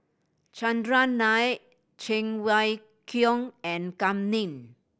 Chandran Nair Cheng Wai Keung and Kam Ning